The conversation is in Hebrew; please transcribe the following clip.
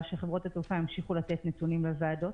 שחברות התעופה ימשיכו לתת נתונים לוועדות.